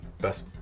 Best